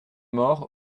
mort